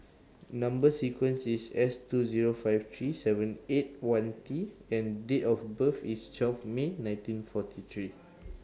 Number sequence IS S two Zero five three seven eight one T and Date of birth IS twelve May nineteen forty three